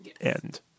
end